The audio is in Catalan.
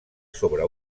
sobre